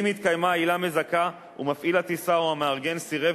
אם התקיימה עילה מזכה ומפעיל הטיסה או המארגן סירב